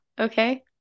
okay